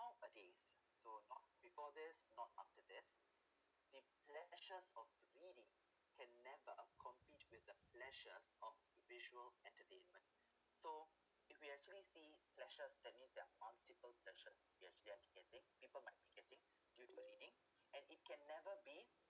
a days so not before this not after this the pleasures of the reading can never compete with the pleasures of the visual entertainment so if we're actually see pleasures that means there're multiple pleasures we actually have to getting people might be getting due to reading and it can never be